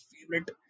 favorite